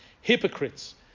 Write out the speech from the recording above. hypocrites